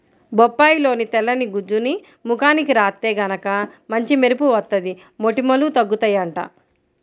బొప్పాయిలోని తెల్లని గుజ్జుని ముఖానికి రాత్తే గనక మంచి మెరుపు వత్తది, మొటిమలూ తగ్గుతయ్యంట